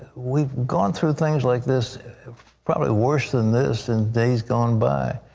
we've gone through things like this probably worse than this in days gone by.